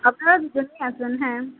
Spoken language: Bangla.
আপনারা দুজনই আসবেন হ্যাঁ